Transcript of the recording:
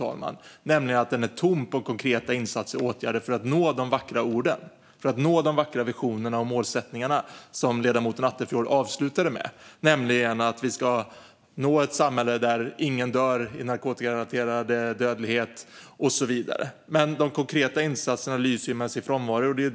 Den är tom på förslag på konkreta insatser för att nå det som sägs med de vackra orden, för att nå de vackra visioner och målsättningar som ledamoten Attefjord avslutade med: ett samhälle där ingen dör i narkotikarelaterad dödlighet och så vidare. De konkreta insatserna lyser dock med sin frånvaro.